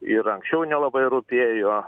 ir anksčiau nelabai rūpėjo